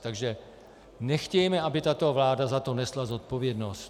Takže nechtějme, aby tato vláda za to nesla zodpovědnost.